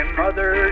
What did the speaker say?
mother